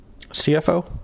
cfo